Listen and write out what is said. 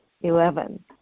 Eleven